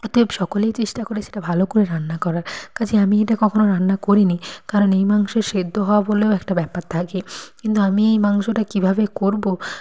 অতএব সকলেই চেষ্টা করে সেটা ভালো করে রান্না করার কাজেই আমি এটা কখনও রান্না করিনি কারণ এই মাংসের সেদ্ধ হওয়া বলেও একটা ব্যাপার থাকে কিন্তু আমি এই মাংসটা কীভাবে করবো